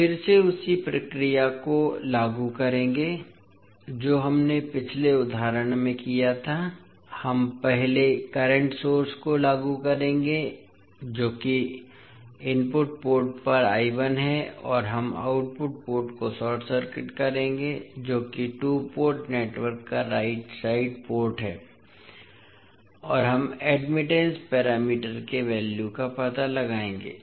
हम फिर से उसी प्रक्रिया को लागू करेंगे जो हमने पिछले उदाहरण में किया था हम पहले करंट सोर्स को लागू करेंगे जो कि इनपुट पोर्ट पर है और हम आउटपुट पोर्ट को शॉर्ट सर्किट करेंगे जो कि टू पोर्ट नेटवर्क का राइट साइड पोर्ट है और हम एडमिटेंस पैरामीटर के वैल्यू का पता लगाएगा